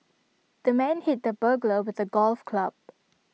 the man hit the burglar with A golf club